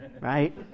right